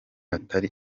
atari